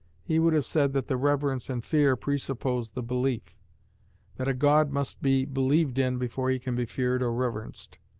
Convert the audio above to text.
he would have said that the reverence and fear presuppose the belief that a god must be believed in before he can be feared or reverenced.